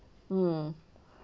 mm